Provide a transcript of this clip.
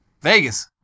Vegas